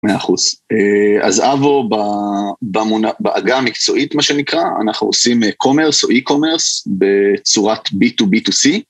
מאה אחוז. אז avo בעגה המקצועית מה שנקרא, אנחנו עושים commerce או e-commerce בצורת b2b2c